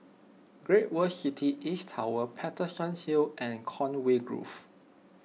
Great World City East Tower Paterson Hill and Conway Grove